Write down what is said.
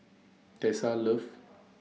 Tessa loves